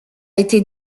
été